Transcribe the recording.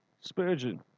Spurgeon